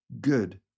good